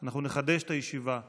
אנחנו נחדש את הישיבה ב-16:20.